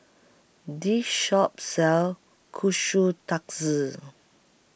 This Shop sells Kushikatsu